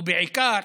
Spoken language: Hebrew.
ובעיקר